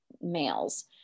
males